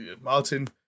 Martin